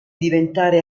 diventare